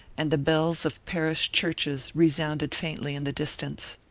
and the bells of parish churches resounded faintly in the distance.